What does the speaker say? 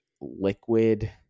liquid